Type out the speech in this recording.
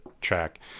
track